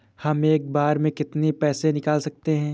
हम एक बार में कितनी पैसे निकाल सकते हैं?